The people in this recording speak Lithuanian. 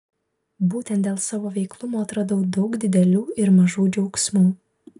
būtent dėl savo veiklumo atradau daug didelių ir mažų džiaugsmų